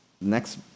next